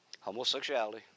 homosexuality